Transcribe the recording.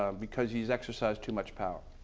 um because he's exercised too much power.